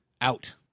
out